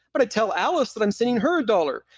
but i tell alice that i'm sending her a dollar,